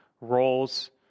roles